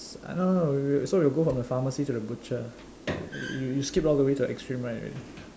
no no no w~ so we will go from the pharmacy to the butcher you you skipped all the way to the extreme right already